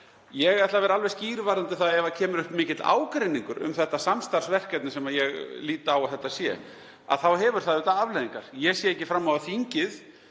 Ég ætla að vera alveg skýr varðandi það að ef upp kemur mikill ágreiningur um þetta samstarfsverkefni, sem ég lít á að þetta sé, þá hefur það auðvitað afleiðingar. Ég sé ekki fram á að þingið